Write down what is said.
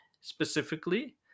specifically